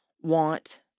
want